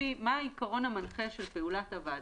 מה העיקרון המנחה של פעולת הוועדה.